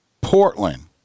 Portland